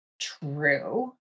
true